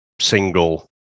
single